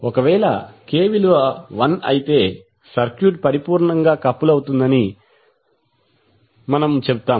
ఒకవేళ K విలువ 1 అయితే సర్క్యూట్ పరిపూర్ణంగా కపుల్ కలుపుతుందని మనము చెబుతాము